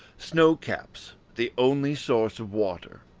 snow-caps the only source of water.